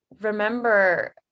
remember